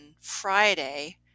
Friday